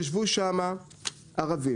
ישבו שם ערבים,